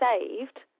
saved